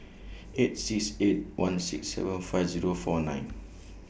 eight six eight one six seven five Zero four nine